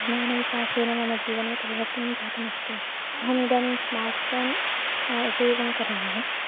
ज्ञानविकासेन मम जीवने परिवर्तनं जातमस्ति अहमिदानीं स्मार्ट् फ़ोन् उपयोगं करोमि